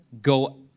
go